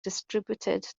distributed